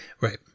right